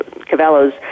Cavallo's